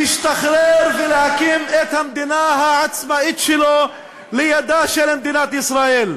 ולהשתחרר ולהקים את המדינה העצמאית שלו ליד מדינת ישראל.